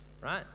right